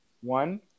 one